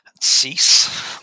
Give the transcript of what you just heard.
Cease